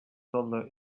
toddler